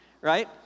right